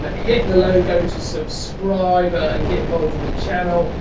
but hit the logo to subscribe and get involved with the channel.